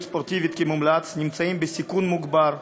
ספורטיבית כמומלץ נמצאים בסיכון מוגבר,